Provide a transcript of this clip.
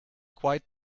quite